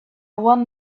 want